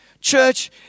Church